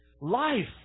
life